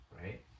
right